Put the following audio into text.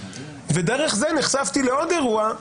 ודרך זה נחשפתי לעוד אירוע,